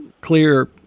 clear